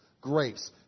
grace